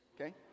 Okay